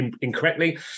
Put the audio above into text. incorrectly